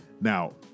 Now